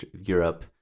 Europe